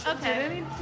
okay